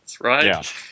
right